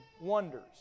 wonders